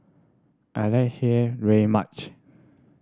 I like very much